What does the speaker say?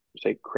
say